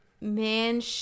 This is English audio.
man